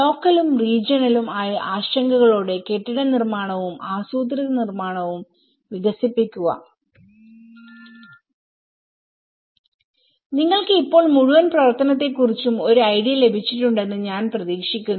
ലോക്കലും റീജിയണലും ആയ ആശങ്കകളോടെ കെട്ടിടനിർമ്മാണവും ആസൂത്രണ നിയന്ത്രണങ്ങളും വികസിപ്പിക്കുക നിങ്ങൾക്ക് ഇപ്പോൾ മുഴുവൻ പ്രവർത്തനത്തെക്കുറിച്ചും ഒരു ഐഡിയ ലഭിച്ചിട്ടുണ്ടെന്ന് ഞാൻ പ്രതീക്ഷിക്കുന്നു